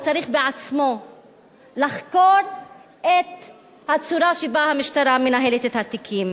הוא צריך בעצמו לחקור את הצורה שבה המשטרה מנהלת את התיקים,